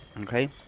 Okay